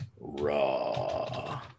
Raw